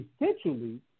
essentially